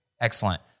Excellent